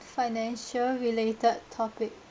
financial related topic